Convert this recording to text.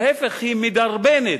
להיפך, היא מדרבנת,